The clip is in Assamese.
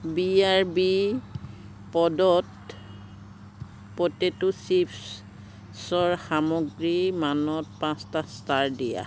B R B popped potato চিপ্ছৰ সামগ্ৰীমানত পাঁচটা ষ্টাৰ দিয়া